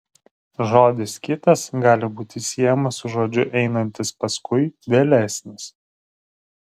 žodis kitas gali būti siejamas su žodžiu einantis paskui vėlesnis